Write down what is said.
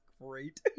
great